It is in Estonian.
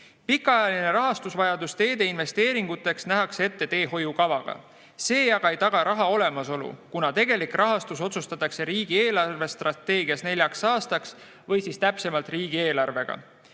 Pikaajaline rahastusvajadus teeinvesteeringuteks nähakse ette teehoiukavaga. See aga ei taga raha olemasolu, kuna tegelik rahastus otsustatakse riigi eelarvestrateegias neljaks aastaks või siis täpsemalt riigieelarvega.